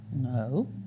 No